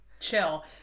chill